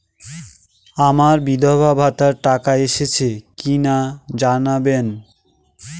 আমার বিধবাভাতার টাকা এসেছে কিনা জানাবেন?